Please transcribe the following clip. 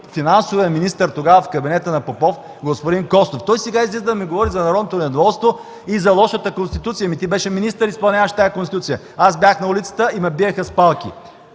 финансовия министър тогава в кабинета на Попов – господин Костов. Сега той излиза да ми говори за народното недоволство и за лошата Конституция. Ами, ти беше министър и изпълняваше тази Конституция. Аз бях на улицата и ме биеха с палки.